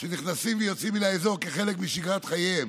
שנכנסים ויוצאים מן האזור כחלק משגרת חייהם